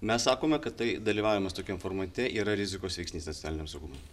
mes sakome kad tai dalyvavimas tokiam formate yra rizikos veiksnys nacionaliniam saugumui